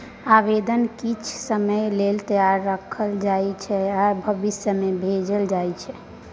आबेदन किछ समय लेल तैयार राखल जाइ छै आर भविष्यमे जमा कएल जा सकै छै